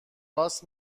راست